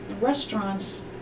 restaurants